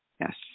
Yes